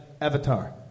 Avatar